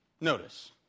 Notice